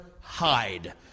hide